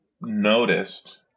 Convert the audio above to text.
noticed